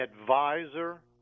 advisor